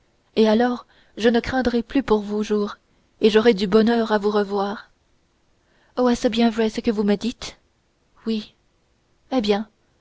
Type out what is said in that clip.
et alors je ne craindrai plus pour vos jours et j'aurai du bonheur à vous revoir oh est-ce bien vrai ce que vous me dites oui eh bien